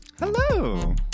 Hello